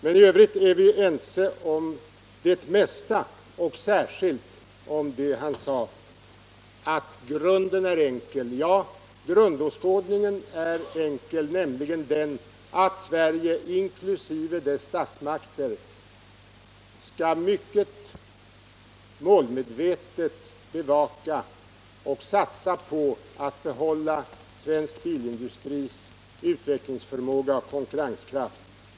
Men i övrigt är vi ense om det mesta och särskilt om det som Per Bergman sade om att grunden är enkel. Ja, grundåskådningen är enkel, nämligen den att Sverige inkl. dess statsmakter mycket målmedvetet skall bevaka och satsa på att behålla svensk bilindustris utvecklingsförmåga och konkurrenskraft.